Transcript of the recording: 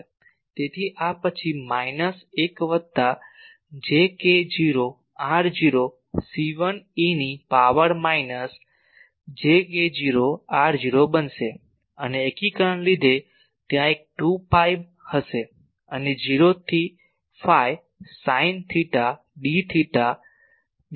તેથી આ પછી માઇનસ 1 વત્તા j k0 r0 C1 eની power minus j k0 r0 બનશે અને એકીકરણને લીધે ત્યાં એક 2 pi હશે અને 0 થી phi sine theta d theta બીજા 2 છે